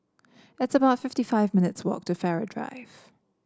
it's about fifty five minutes' walk to Farrer Drive